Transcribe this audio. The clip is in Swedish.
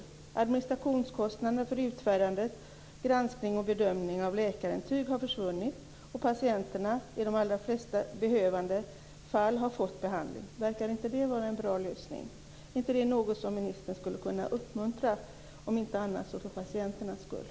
Administrationskostnaden för utfärdande, granskning och bedömning av läkarintyg har försvunnit, och patienterna har i de allra flesta behövande fallen fått behandling. Verkar inte det vara en bra lösning? Är inte det något som ministern kunde uppmuntra, om inte annat så för patienternas skull?